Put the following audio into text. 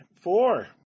four